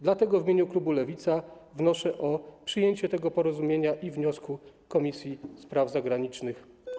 Dlatego w imieniu klubu Lewica wnoszę o przyjęcie tego porozumienia i wniosku Komisji Spraw Zagranicznych.